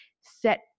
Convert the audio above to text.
set